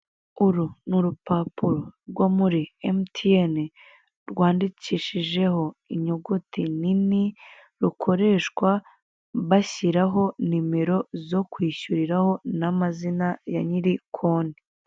Uru ni urupapuro rwo muri emutiyeni rwandikishijeho inyuguti nini, rukoreshwa bashyiraho nimero zo kwishyuriraho n'amazina ya nyiri konti.